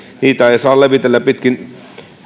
niitä ei saa levitellä pitkin